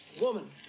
Woman